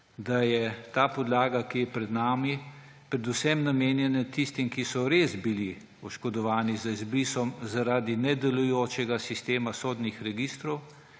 da je ta podlaga, ki je pred nami, predvsem namenjena tistim, ki so res bili oškodovani z izbrisom zaradi nedelujočega sistema sodnih registrov,